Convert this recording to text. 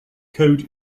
code